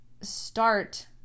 start